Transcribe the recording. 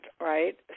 right